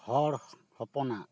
ᱦᱚᱲ ᱦᱚᱯᱚᱱᱟᱜ